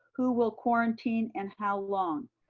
who will quarantine and how long?